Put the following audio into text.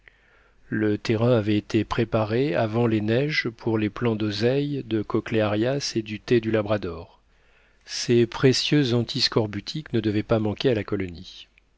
le terrain avait été préparé avant les neiges pour les plants d'oseille de cochléarias et du thé du labrador ces précieux antiscorbutiques ne devaient pas manquer à la colonie